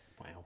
Wow